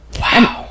Wow